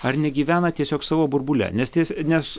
ar negyvena tiesiog savo burbule nes tie nes